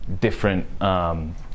different